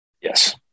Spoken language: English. Yes